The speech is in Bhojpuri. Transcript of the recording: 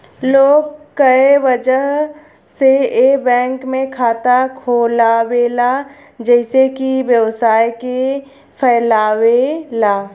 लोग कए वजह से ए बैंक में खाता खोलावेला जइसे कि व्यवसाय के फैलावे ला